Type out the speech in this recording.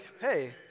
hey